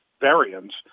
variants